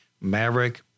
Maverick